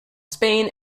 spain